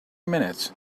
minutes